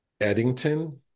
Eddington